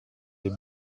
les